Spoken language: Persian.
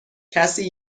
کسی